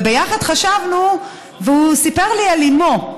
ביחד חשבנו, והוא סיפר לי על אימו.